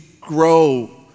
grow